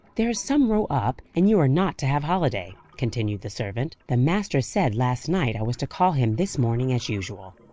there's some row up, and you are not to have holiday, continued the servant the master said last night i was to call him this morning as usual.